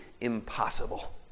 impossible